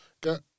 Get